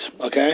Okay